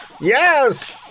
Yes